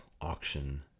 auction